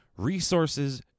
Resources